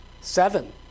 Seven